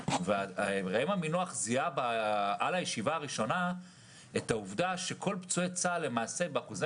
ראם עמינח זיהה כבר בישיבה הראשונה את העובדה שכל פצועי צה"ל באחוזי